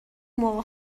موقع